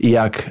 jak